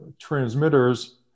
transmitters